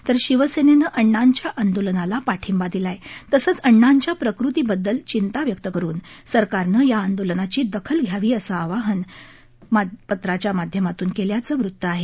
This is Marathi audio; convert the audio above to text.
तर शिवसेनं अण्णांच्या आंदोलनाला पाठिंबा दिला आहे तसंच अण्णांच्या प्रकृतीबद्दल चिंता व्यक्त करून सरकारनं या आंदोलनाची दखल घ्यावी असं आवाहन पत्राच्या माध्यमातून केल्याचं वृत्त आहे